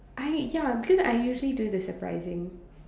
I ya because I usually do the surprising